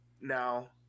now